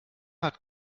hat